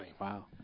Wow